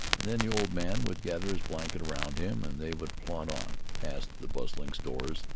and then the old man would gather his blanket around him and they would plod on, past the bustling stores,